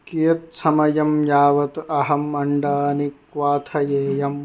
कियत्समयं यावत् अहम् अण्डानि क्वाथयेयम्